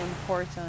important